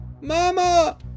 Mama